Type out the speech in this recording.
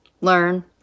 learn